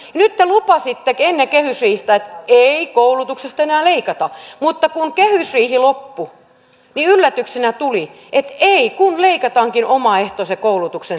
nyt te lupasitte ennen kehysriihtä että ei koulutuksesta enää leikata mutta kun kehysriihi loppui niin yllätyksenä tuli että leikataankin omaehtoisen koulutuksen resursseista